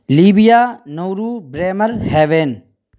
Libya Nauru Bremer heaven